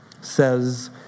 says